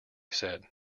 said